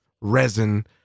resin